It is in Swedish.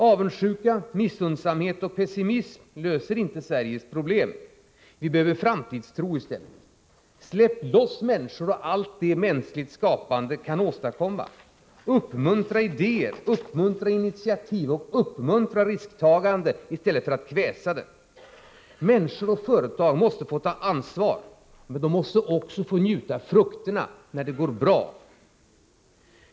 Avundsjuka, missunnsamhet och pessimism löser inte Sveriges problem. Vi behöver framtidstro i stället. Släpp loss människor och allt det som mänskligt skapande kan åstadkomma! Uppmuntra till idéer, uppmuntra till initiativ och uppmuntra till risktagande i stället för att kväsa det. Människor och företag måste få ta ansvar, men de måste också få njuta frukterna när det går bra.